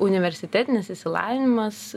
universitetinis išsilavinimas